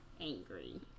angry